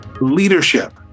Leadership